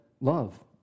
love